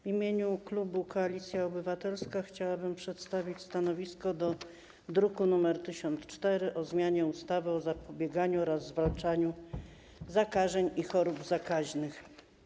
W imieniu klubu Koalicja Obywatelska chciałabym przedstawić stanowisko wobec druku nr 1004, projektu ustawy o zmianie ustawy o zapobieganiu oraz zwalczaniu zakażeń i chorób zakaźnych.